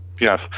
Yes